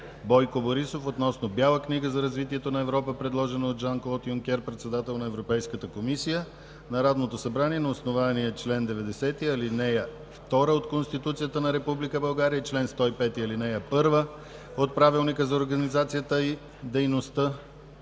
Бойко Борисов относно Бяла книга за развитието на Европа, предложена от Жан Клод Юнкер – председател на Европейската комисия Народното събрание на основание чл. 90, ал. 2 от Конституцията на Република България и чл. 105, ал. 1 от Правилника за организацията и дейността